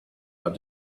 but